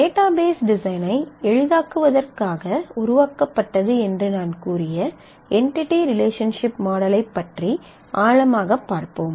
database டிசைனை எளிதாக்குவதற்காக உருவாக்கப்பட்டது என்று நான் கூறிய என்டிடி ரிலேஷன்சிப் மாடலைப் பற்றி ஆழமாகப் பார்ப்போம்